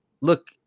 look